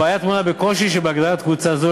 הבעיה טמונה בקושי שבהגדרת קבוצה זו